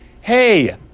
hey